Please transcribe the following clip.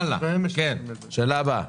הלאה, שאלה הבאה.